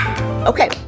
Okay